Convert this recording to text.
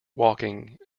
walking